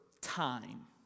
time